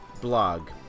blog